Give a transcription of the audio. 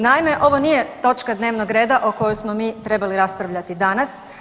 Naime, ovo nije točka dnevnog reda o kojoj smo mi trebali raspravljati danas.